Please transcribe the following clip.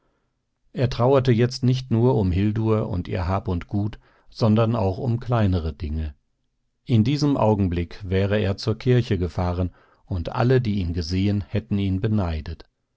er trauerte jetzt nicht nur um hildur und ihr hab und gut sondern auch um kleinere dinge in diesem augenblick wäre er zur kirche gefahren und alle die ihn gesehen hätten ihn beneidet